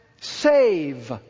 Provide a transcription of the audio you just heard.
save